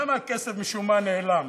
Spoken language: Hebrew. שם הכסף, משום מה, נעלם.